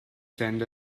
send